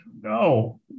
no